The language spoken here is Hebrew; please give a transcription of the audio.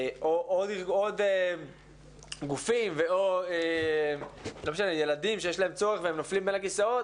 ועוד גופים ועוד ילדים שיש להם צורך והם נופלים בין הכיסאות,